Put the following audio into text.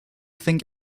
think